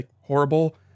horrible